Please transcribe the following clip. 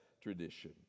tradition